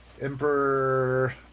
Emperor